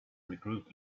regroup